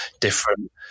different